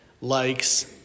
likes